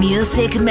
Music